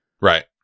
Right